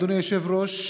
אדוני היושב-ראש,